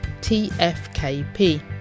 tfkp